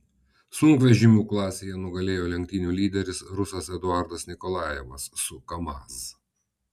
sunkvežimių klasėje nugalėjo lenktynių lyderis rusas eduardas nikolajevas su kamaz